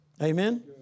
Amen